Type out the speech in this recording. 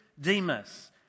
Demas